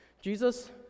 Jesus